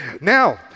Now